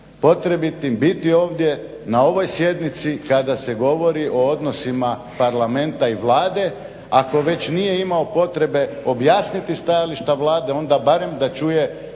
potrebitim biti ovdje na ovoj sjednici kada se govori o odnosima Parlamenta i Vlade. Ako već nije imao potrebe objasniti stajališta Vlade onda barem da čuje